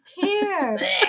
care